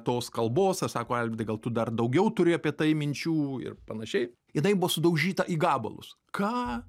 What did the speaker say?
tos kalbos sako alvydai gal tu dar daugiau turi apie tai minčių ir panašiai jinai buvo sudaužyta į gabalus ką